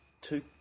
two